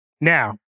Now